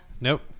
Nope